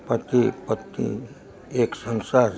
પતિ પત્ની એક સંસાર છે